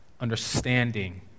understanding